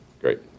Great